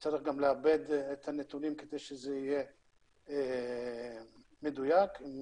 הוא צריך גם לעבד את הנתונים כדי שזה יהיה מדויק עם